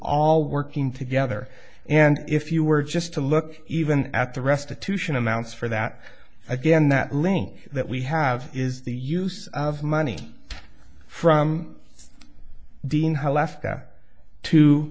all working together and if you were just to look even at the restitution amounts for that again that link that we have is the use of money from dean how left